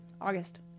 August